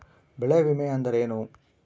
ಬೆಳೆ ವಿಮೆ ಅಂದರೇನು?